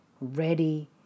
ready